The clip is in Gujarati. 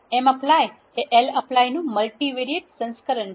mapply એ lapply નું મલ્ટિવેરીએટ સંસ્કરણ છે